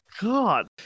god